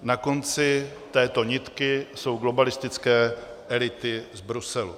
Na konci této nitky jsou globalistické elity z Bruselu.